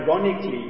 ironically